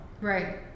right